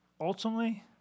ultimately